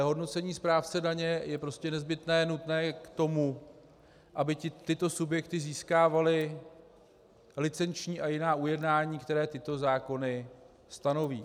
Hodnocení správce daně je prostě nezbytně nutné k tomu, aby tyto subjekty získávaly licenční a jiná ujednání, která tyto zákony stanoví.